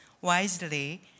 wisely